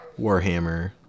Warhammer